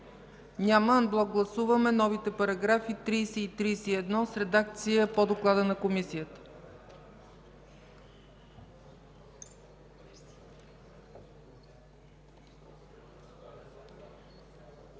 Няма. Анблок гласуваме новите параграфи 30 и 31 в редакция по доклада на Комисията. Гласували